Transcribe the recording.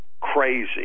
crazy